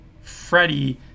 freddie